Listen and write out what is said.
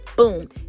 Boom